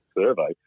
survey